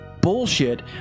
bullshit